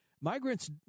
Migrants